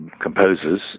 composers